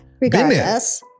Regardless